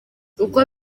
uko